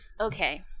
Okay